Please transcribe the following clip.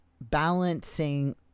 balancing